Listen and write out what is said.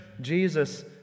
Jesus